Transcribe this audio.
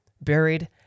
buried